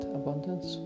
abundance